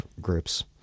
groups